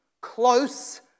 close